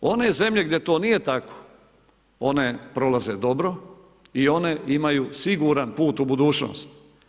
One zemlje gdje to nije tako, one prolaze dobro i one imaju siguran put u budućnost.